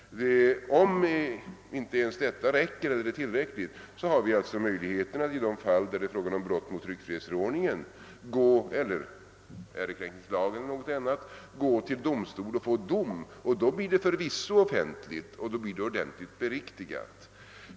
Om inte ens detta är tillräckligt har vi, i de fall där det är fråga om brott mot tryckfrihetsförordningen, möjligheten att gå till domstol och då blir saken förvisso offentlig och uppgiften blir beriktigad.